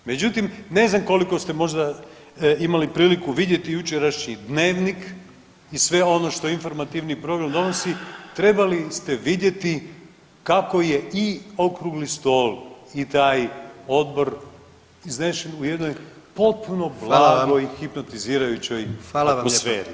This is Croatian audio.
Međutim ne znam koliko ste možda imali priliku vidjeti jučerašnji Dnevnik i sve ono što Informativni program donosi trebali ste vidjeti kako je i okrugli stol i taj odbor iznesen u jednoj potpuno blagoj [[Upadica: Hvala vam.]] hipnotizirajućoj [[Upadica: Hvala vam lijepa.]] atmosferi.